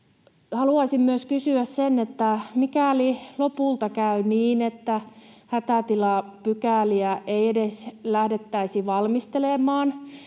Haluaisin myös kysyä, että mikäli lopulta käy niin, että hätätilapykäliä ei edes lähdettäisi valmistelemaan